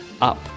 up